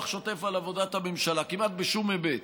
שוטף על עבודת הממשלה כמעט בשום היבט.